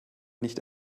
nicht